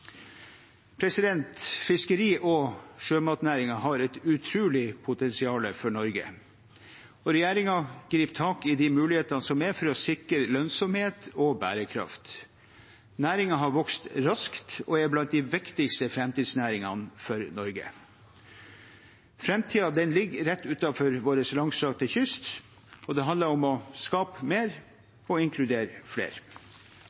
Fiskeri- og sjømatnæringen har et utrolig potensial for Norge, og regjeringen griper tak i de mulighetene som er, for a? sikre lønnsomhet og bærekraft. Næringen har vokst raskt og er blant de viktigste framtidsnæringene for Norge. Framtiden, den ligger rett utenfor va?r langstrakte kyst, og det handler om å skape mer og inkludere flere.